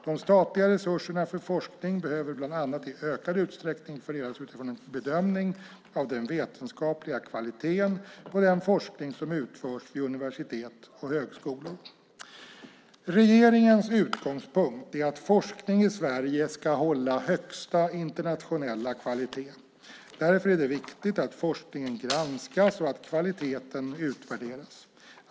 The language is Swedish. De statliga resurserna för forskning behöver bland annat i ökad utsträckning fördelas utifrån en bedömning av den vetenskapliga kvaliteten på den forskning som utförs vid universitet och högskolor. Regeringens utgångspunkt är att forskningen i Sverige ska hålla högsta internationella kvalitet. Därför är det viktigt att forskningen granskas och att kvaliteten utvärderas.